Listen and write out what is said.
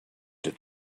had